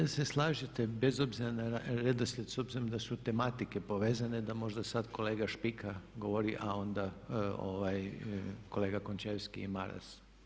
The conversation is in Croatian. Jel se slažete bez obzira na redoslijed s obzirom da su tematike povezane da možda sad kolega Špika govori a onda kolega Končevski i Maras?